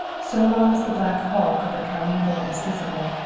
so long as the black hulk of the calais boat was visible,